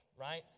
right